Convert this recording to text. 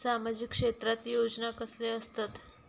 सामाजिक क्षेत्रात योजना कसले असतत?